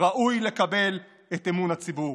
ראוי לקבל את אמון הציבור.